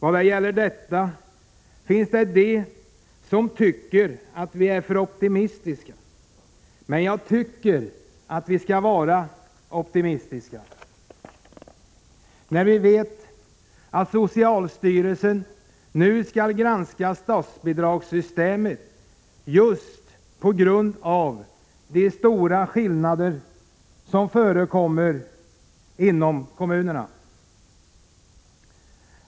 I fråga om detta finns det de som tycker att vi är för optimistiska, men jag tycker att vi skall vara optimistiska när vi vet att socialstyrelsen nu skall granska statsbidragssystemet just på grund av de stora skillnader som förekommer mellan kommunerna.